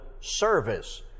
service